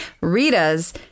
Rita's